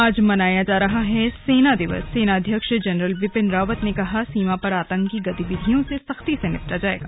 आज मनाया जा रहा है सेना दिवससेनाध्यसक्ष जनरल बिपिन रावत ने कहा सीमा पर आतंकी गतिविधियों से सख्ती से निपटा जाएगा